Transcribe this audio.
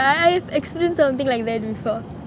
I experience something like that before